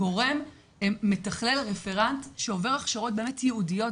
גורם מתחלל, רפרנט, שעובר הכשרות באמת ייעודיות.